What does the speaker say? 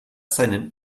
seinen